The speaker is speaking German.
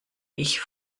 ich